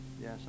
Yes